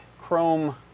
Chrome